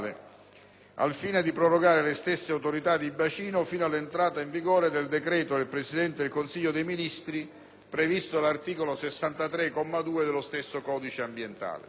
al fine di prorogare le stesse autorità di bacino fino all'entrata in vigore del decreto del Presidente del Consiglio dei ministri previsto dall'articolo 63, comma 2, dello stesso codice ambientale.